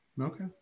Okay